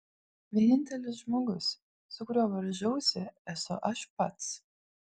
vienintelis žmogus su kuriuo varžausi esu aš pats